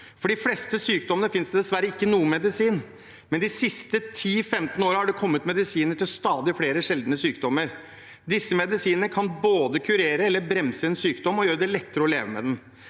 For de fleste sykdommene finnes det dessverre ikke noen medisin, men de siste 10–15 årene har det kommet medisiner til stadig flere sjeldne sykdommer. Disse medisinene kan kurere eller bremse en sykdom og gjøre det lettere å leve med den.